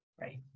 Right